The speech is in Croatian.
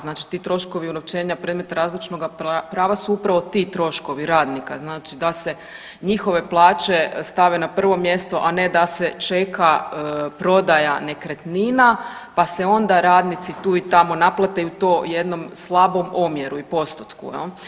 Znači ti troškovi unovčenja predmeta razlučnoga prava su upravo ti troškovi radnika znači da se njihove plaće stave na prvo mjesto, a ne da se čeka prodaja nekretnina, pa se onda radnici tu i tamo naplate i to u jednom slabom omjeru i postotku jel.